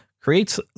creates